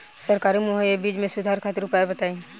सरकारी मुहैया बीज में सुधार खातिर उपाय बताई?